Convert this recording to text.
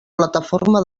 plataforma